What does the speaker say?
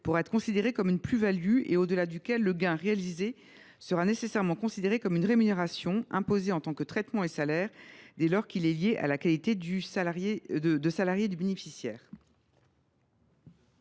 pourrait être considéré comme une plus value et au delà duquel le gain réalisé sera nécessairement considéré comme une rémunération imposée en tant que traitement et salaire, dès lors qu’il est lié à la qualité de salarié du bénéficiaire.